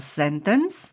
sentence